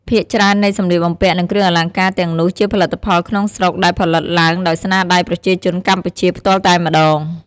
ភាគច្រើននៃសម្លៀកបំពាក់ និងគ្រឿងអលង្ការទាំងនោះជាផលិតផលក្នុងស្រុកដែលផលិតឡើងដោយស្នាដៃប្រជាជនកម្ពុជាផ្ទាល់តែម្តង។